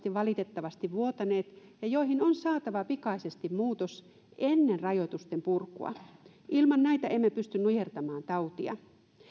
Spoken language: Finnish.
valitettavasti jatkuvasti vuotaneet ja joihin on saatava pikaisesti muutos ennen rajoitusten purkua ilman sitä emme pysty nujertamaan tautia